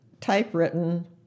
typewritten